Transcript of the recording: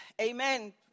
Amen